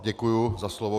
Děkuji za slovo.